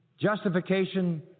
justification